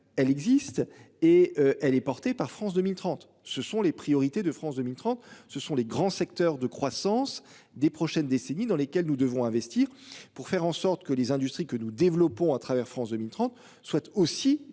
elle existe et elle est portée par France 2030, ce sont les priorités de France 2030, ce sont les grands secteurs de croissance des prochaines décennies dans lesquelles nous devons investir pour faire en sorte que les industries que nous développons à travers France 2030 souhaitent aussi